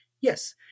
yes